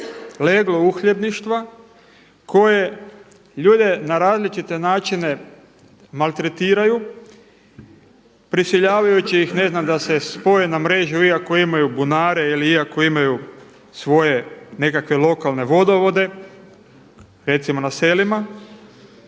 leglo uhljebništva, koje ljude na različite načine maltretiraju prisiljavajući ih ne znam da se spoje na mrežu iako imaju bunare, ili ako imaju svoje nekakve lokalne vodovode recimo na selima